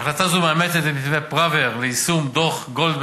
החלטה זו מאמצת את מתווה פראוור ליישום דוח-גולדברג